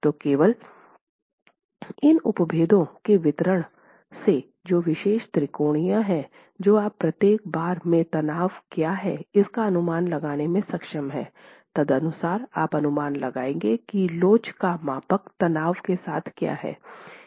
तो केवल उन उपभेदों के वितरण से जो शेष त्रिकोणीय है जो आप प्रत्येक बार में तनाव क्या है इसका अनुमान लगाने में सक्षम हैं तदनुसार आप अनुमान लगाएंगे की लोच का मापांक तनाव के साथ क्या है